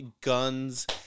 guns